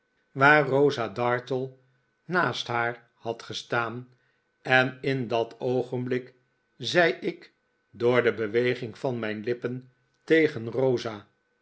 waar rosa dartle naast haar had gestaan en in dat oogenblik zei ik door de beweging van mijn lippen tegen rosa